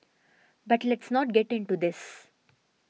but let's not get into this